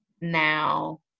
now